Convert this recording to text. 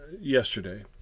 yesterday